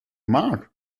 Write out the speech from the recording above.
mark